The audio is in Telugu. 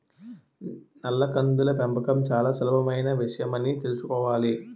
నల్ల కందుల పెంపకం చాలా సులభమైన విషయమని తెలుసుకోవాలి